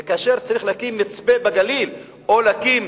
וכאשר צריך להקים מצפה בגליל או להקים